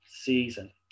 Season